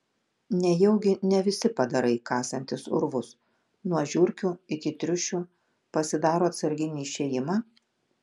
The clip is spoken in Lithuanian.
nejaugi ne visi padarai kasantys urvus nuo žiurkių iki triušių pasidaro atsarginį išėjimą